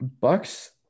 Bucks